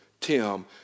Tim